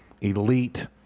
elite